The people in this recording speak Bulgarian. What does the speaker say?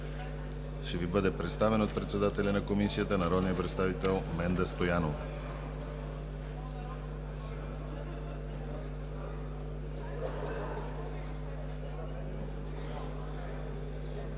ще Ви бъде представен от председателя на Комисията – народният представител Менда Стоянова.